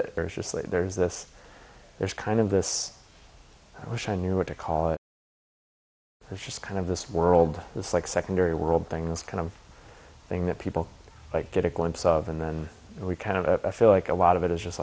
it there's just there's this there's kind of this i wish i knew what to call it and just kind of this world this like secondary world things kind of thing that people get a glimpse of and then we kind of feel like a lot of it is just